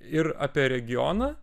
ir apie regioną